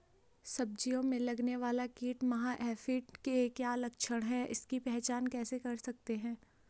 सब्जियों में लगने वाला कीट माह एफिड के क्या लक्षण हैं इसकी पहचान कैसे कर सकते हैं?